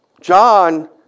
John